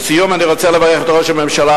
לסיום אני רוצה לברך את ראש הממשלה,